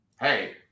hey